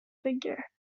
figure